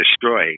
destroy